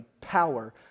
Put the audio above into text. power